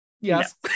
yes